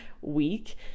week